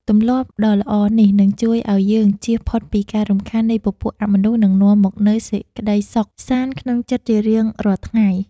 ទម្លាប់ដ៏ល្អនេះនឹងជួយឱ្យយើងជៀសផុតពីការរំខាននៃពពួកអមនុស្ស និងនាំមកនូវសេចក្តីសុខសាន្តក្នុងចិត្តជារៀងរាល់ថ្ងៃ។